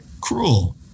cruel